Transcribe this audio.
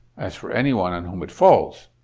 as for anyone on whom it falls,